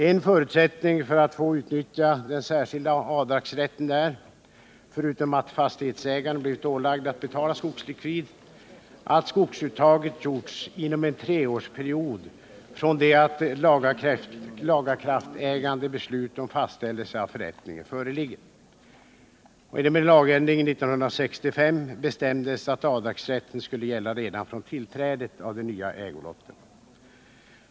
En förutsättning för att få utnyttja den särskilda avdragsrätten är — förutom att fastighetsägaren blivit ålagd att betala skogslikvid — att skogsuttaget gjorts inom en treårsperiod från det att lagakraftägande beslut om fastställelse av förrättning föreligger. Genom lagändring 1965 bestämdes att avdragsrätten skulle gälla redan från tillträdet av de nya ägolotterna.